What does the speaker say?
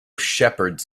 shepherds